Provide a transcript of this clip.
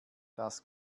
das